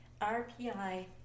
RPI